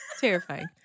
terrifying